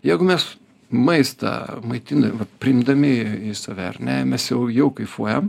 jeigu mes maistą maitina va priimdami į save ar mes jau jau kaifuojam